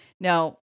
Now